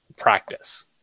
practice